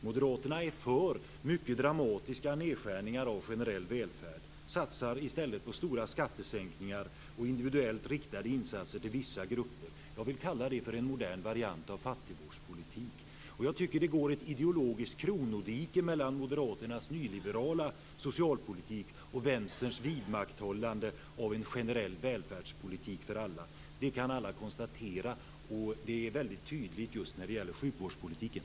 Moderaterna är för mycket dramatiska nedskärningar av generell välfärd och satsar i stället på stora skattesänkningar och individuellt riktade insatser till vissa grupper. Jag kallar det för en modern variant av fattigvårdspolitik. Det går ett ideologiskt kronodike mellan Moderaternas nyliberala socialpolitik och Vänsterns vidmakthållande av en generell välfärdspolitik för alla. Det kan alla konstatera. Det är tydligt när det gäller sjukvårdspolitiken.